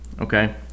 okay